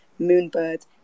Moonbird